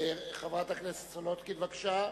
חברת הכנסת סולודקין, בבקשה.